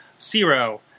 zero